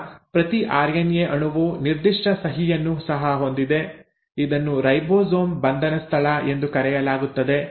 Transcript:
ಈಗ ಪ್ರತಿ ಆರ್ಎನ್ಎ ಅಣುವು ನಿರ್ದಿಷ್ಟ ಸಹಿಯನ್ನು ಸಹ ಹೊಂದಿದೆ ಇದನ್ನು ರೈಬೋಸೋಮ್ ಬಂಧನ ಸ್ಥಳ ಎಂದು ಕರೆಯಲಾಗುತ್ತದೆ